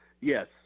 Yes